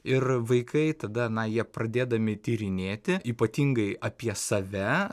ir vaikai tada na jie pradėdami tyrinėti ypatingai apie save